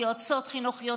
יועצות חינוכיות,